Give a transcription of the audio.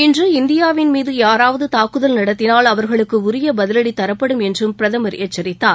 இன்று இந்தியாவின் மீது யாராவது தாக்குதல் நடத்தினால் அவர்களுக்கு உரிய பதிலடி தரப்படும் என்றும் பிரதமர் எச்சரித்தார்